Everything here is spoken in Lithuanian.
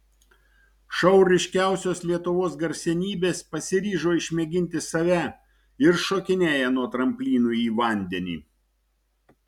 šou ryškiausios lietuvos garsenybės pasiryžo išmėginti save ir šokinėja nuo tramplinų į vandenį